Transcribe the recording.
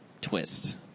twist